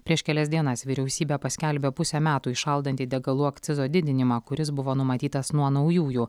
prieš kelias dienas vyriausybė paskelbė pusę metų įšaldanti degalų akcizo didinimą kuris buvo numatytas nuo naujųjų